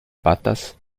patas